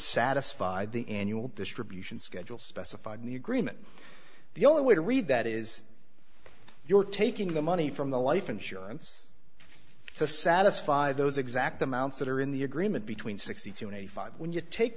satisfy the annual distribution schedule specified in the agreement the only way to read that is you're taking the money from the life insurance to satisfy those exact amounts that are in the agreement between sixty